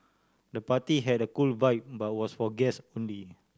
the party had a cool vibe but was for guests only